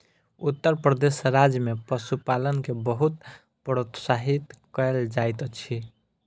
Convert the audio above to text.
उत्तर प्रदेश राज्य में पशुपालन के बहुत प्रोत्साहित कयल जाइत अछि